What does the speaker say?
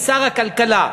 שר הכלכלה,